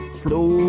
slow